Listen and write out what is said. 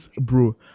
bro